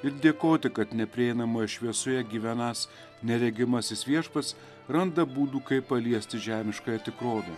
ir dėkoti kad neprieinamoje šviesoje gyvenąs neregimasis viešpats randa būdų kaip paliesti žemiškąją tikrovę